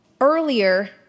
earlier